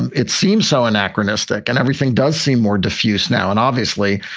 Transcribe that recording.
and it seems so anachronistic and everything does seem more diffuse now. and obviously,